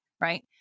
right